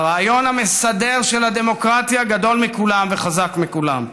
הרעיון המסדר של הדמוקרטיה גדול מכולם וחזק מכולם,